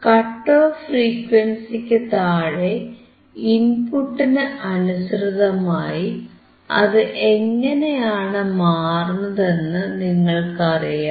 cut off ഫ്രീക്വൻസിക്കു താഴെ ഇൻപുട്ടിന് അനുസൃതമായി അത് എങ്ങനെയാണ് മാറുന്നതെന്ന് നിങ്ങൾക്കറിയാം